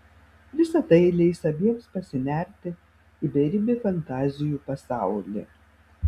visa tai leis abiems pasinerti į beribį fantazijų pasaulį